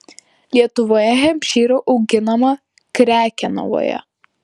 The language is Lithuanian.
lietuvoje hempšyrų auginama krekenavoje